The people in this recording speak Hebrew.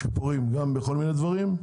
שיפורים בכל מיני דברים,